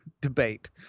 debate